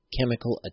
Chemical